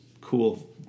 cool